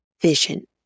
vision